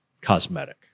cosmetic